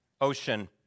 Ocean